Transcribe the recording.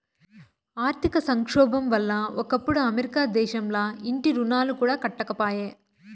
ఆర్థిక సంక్షోబం వల్ల ఒకప్పుడు అమెరికా దేశంల ఇంటి రుణాలు కూడా కట్టకపాయే